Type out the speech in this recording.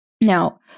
Now